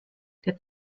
der